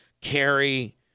carry